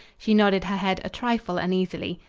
she nodded her head a trifle uneasily.